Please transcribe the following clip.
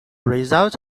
results